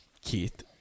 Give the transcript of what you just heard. Keith